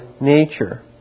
nature